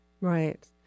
Right